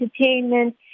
entertainment